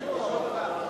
רגע.